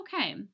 okay